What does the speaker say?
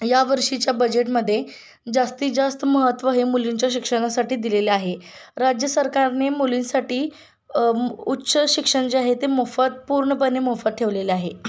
या वर्षीच्या बजेटमध्ये जास्तीत जास्त महत्त्व हे मुलींच्या शिक्षणासाठी दिलेले आहे राज्य सरकारने मुलींसाठी उच्च शिक्षण जे आहे ते मोफत पूर्णपणे मोफत ठेवलेले आहे